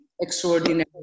extraordinary